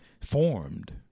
formed